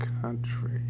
Country